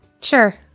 Sure